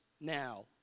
now